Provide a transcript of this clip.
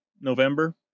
November